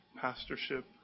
pastorship